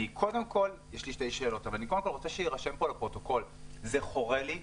אני רוצה שיירשם פה לפרוטוקול זה חורה לי,